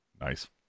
nice